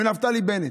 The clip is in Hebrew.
ונפתלי בנט,